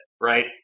right